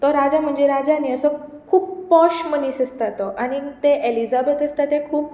तो राजा म्हणजे राजा न्ही असो खूब पॉश मनीस आसता आनीक तो ते ऍलीझाबॅथ आसता ते खूब